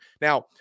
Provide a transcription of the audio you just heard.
Now